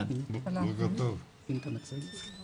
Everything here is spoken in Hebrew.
ארבעה חוקרים שעסקו במחקר הזה,